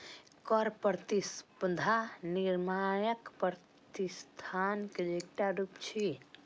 कर प्रतिस्पर्धा नियामक प्रतिस्पर्धा के एकटा रूप छियै